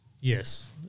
Yes